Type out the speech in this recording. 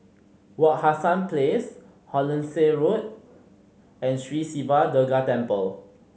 Wak Hassan Place Hollandse Road and Sri Siva Durga Temple